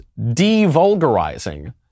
devulgarizing